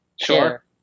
Sure